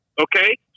okay